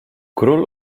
król